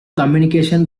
communication